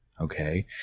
Okay